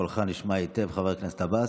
קולך נשמע היטב, חבר הכנסת עבאס.